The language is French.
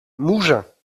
mougins